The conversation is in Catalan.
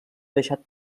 deixat